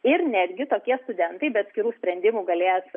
ir netgi tokie studentai be atskirų sprendimų galės